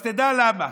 אז תדעו למה.